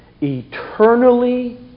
eternally